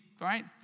right